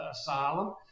asylum